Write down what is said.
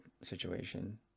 situation